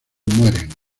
mueren